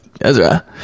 Ezra